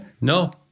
No